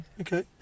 okay